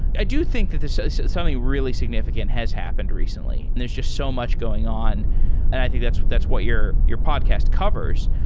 i do think that something really significant has happened recently and there's just so much going on and i think that's what that's what your your podcast covers.